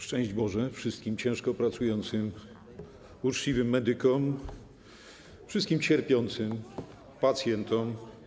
Szczęść Boże wszystkim ciężko pracującym, uczciwym medykom, wszystkim cierpiącym pacjentom.